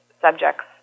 subjects